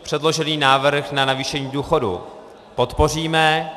Předložený návrh na navýšení důchodů podpoříme.